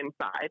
inside